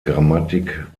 grammatik